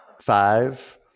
Five